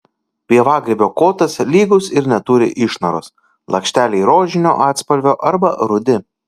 pievagrybio kotas lygus ir neturi išnaros lakšteliai rožinio atspalvio arba rudi